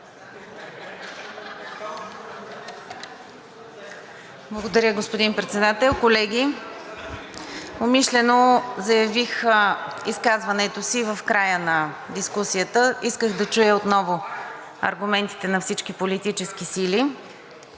Благодаря, господин Председател. Колеги, умишлено заявих изказването си в края на дискусията, исках да чуя отново аргументите на всички политически сили